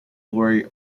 lori